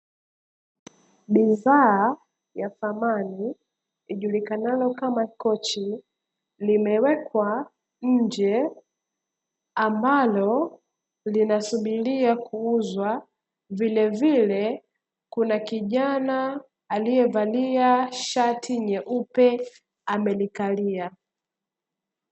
Bidhaa ya dhamani ijulikanalo kama kochi limewekwa nje ambalo linasubiria kuuzwa vile vile kuna kijana alievalia shati nyeupe amelikalia.